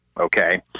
okay